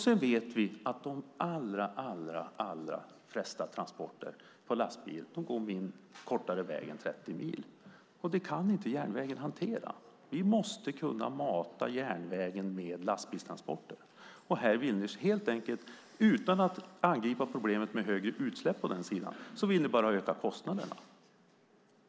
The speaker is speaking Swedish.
Sedan vet vi att de allra flesta transporter på lastbil kör kortare sträckor än 30 mil. Det kan inte järnvägen hantera. Vi måste kunna mata järnvägen med lastbilstransporter. Utan att angripa problemet med högre utsläpp vill ni bara öka kostnaderna.